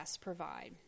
provide